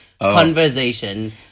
conversation